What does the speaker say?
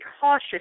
cautious